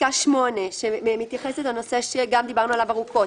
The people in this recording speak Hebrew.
פסקה 8 שמתייחסת לנושא שדיברנו עליו ארוכות.